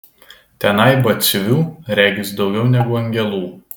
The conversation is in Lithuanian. tenai batsiuvių regis daugiau negu angelų